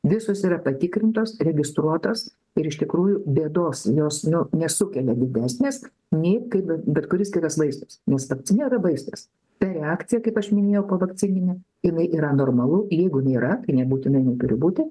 visus yra patikrintos registruotos ir iš tikrųjų bėdos jos nu nesukelia didesnės nei kaip bet bet kuris kitas vaistas nes vakcina yra vaistas ta reakcija kaip aš minėjau povakcininė jinai yra normalu ir jeigu nėra tai nebūtinai jinai turi būti